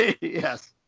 Yes